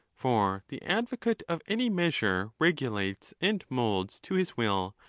for the advocate of any measure regulates and moulds to his will,